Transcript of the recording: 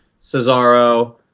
Cesaro